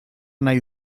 nahi